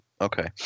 okay